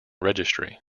registry